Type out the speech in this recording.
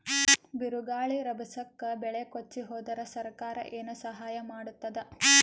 ಬಿರುಗಾಳಿ ರಭಸಕ್ಕೆ ಬೆಳೆ ಕೊಚ್ಚಿಹೋದರ ಸರಕಾರ ಏನು ಸಹಾಯ ಮಾಡತ್ತದ?